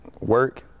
work